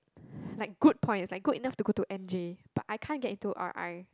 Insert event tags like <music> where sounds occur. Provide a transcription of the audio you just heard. <breath> like good points like good enough to go to N_J but I can't get into R_I